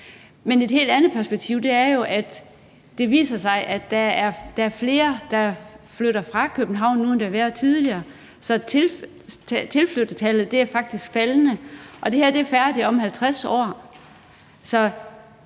Men et helt andet perspektiv er jo, at det viser sig, at der er flere, der flytter fra København nu, end der har været tidligere, så tilflyttertallet er faktisk faldende. Det her er færdigt om 50 år,